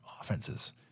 offenses